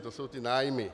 To jsou ty nájmy.